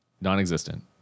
Non-existent